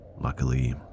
Luckily